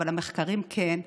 אבל המחקרים כן,